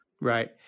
Right